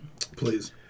Please